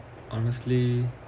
honestly